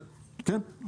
כן.